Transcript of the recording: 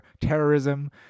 terrorism